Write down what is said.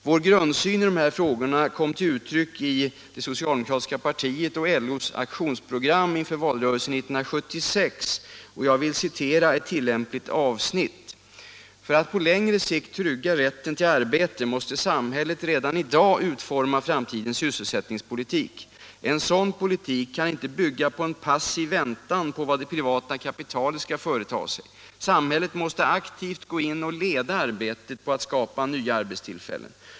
Vår grundsyn i dessa frågor kom till uttryck i det socialdemokratiska partiets och LO:s aktionsprogram inför valrörelsen 1976. Jag vill här citera ett tillämpligt avsnitt: ”För att på längre sikt trygga rätten till arbete måste samhället redan i dag utforma framtidens sysselsättningspolitik. En sådan politik kan inte bygga på en passiv väntan på vad det privata kapitalet ska företa sig. Samhället måste aktivt gå in och leda arbetet på att skapa nya arbetstillfällen.